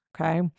Okay